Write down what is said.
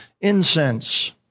incense